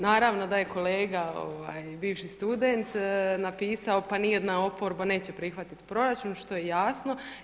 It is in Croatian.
Naravno da je kolega bivši student napisa, pa ni jedna oporba neće prihvatiti proračun što je jasno.